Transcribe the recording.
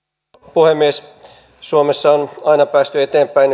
puhemies suomessa on aina päästy eteenpäin